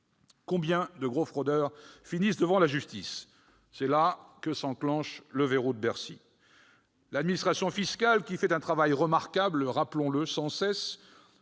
Combien de gros fraudeurs finissent devant la justice ? C'est là que s'enclenche le « verrou de Bercy ». L'administration fiscale, qui fait un travail remarquable- rappelons-le sans cesse